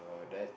but that